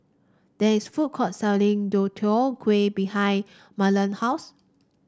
there is food court selling Deodeok Gui behind Mahlon house